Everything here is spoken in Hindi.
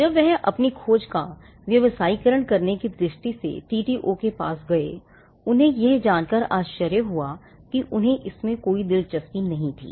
जब वह अपनी खोज का व्यवसायीकरण करने की दृष्टि से TTO के पास गए उन्हें यह जानकर आश्चर्य हुआ कि उन्हें इसमें कोई दिलचस्पी नहीं थी